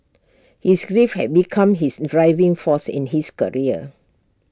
his grief had become his driving force in his career